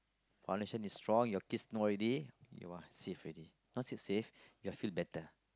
connection is strong your kiss no ready you are safe ready not said safe you'll feel better